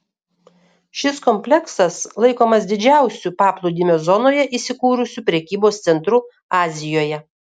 šis kompleksas laikomas didžiausiu paplūdimio zonoje įsikūrusiu prekybos centru azijoje